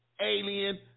alien